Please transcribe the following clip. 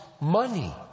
money